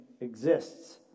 exists